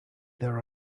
there